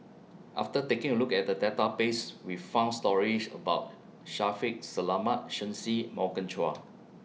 after taking A Look At The Database We found stories about Shaffiq Selamat Shen Xi Morgan Chua